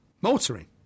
motoring